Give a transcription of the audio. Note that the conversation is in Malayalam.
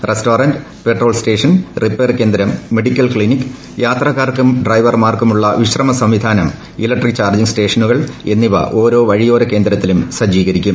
റെസ്റ്റാറന്റ് പെട്രോൾ സ്റ്റേഷൻ റിപ്പയർ കേന്ദ്രം മെഡിക്കൽ ക്സിനിക് യാത്രക്കാർക്കും ഡ്രൈവർമാർക്കുമുള്ള വിശ്രമ സംവി ഇലക്ട്രിക് ചാർജിംഗ് സ്റ്റേഷ്ട്രനുകൾ എന്നിവ ഓരോ വഴി ധാനം യോര കേന്ദ്രത്തിലും സജ്ജീകരിക്കും